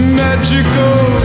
magical